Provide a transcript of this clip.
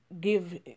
give